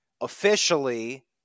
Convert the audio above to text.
officially